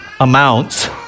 amounts